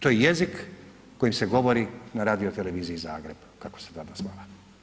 To je jezik kojim se govori na Radioteleviziji Zagreb, kako se tada zvala.